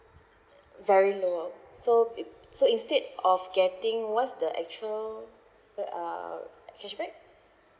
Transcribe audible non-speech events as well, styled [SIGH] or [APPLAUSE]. [BREATH] very low so it so instead of getting what's the actual back uh cashback